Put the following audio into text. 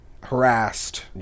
harassed